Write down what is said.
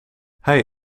hij